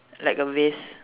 like a vest